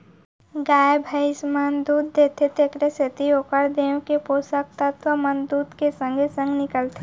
गाय भइंस मन दूद देथे तेकरे सेती ओकर देंव के पोसक तत्व मन दूद के संगे संग निकलथें